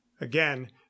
again